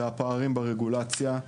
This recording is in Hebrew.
זה הפערים ברגולציה,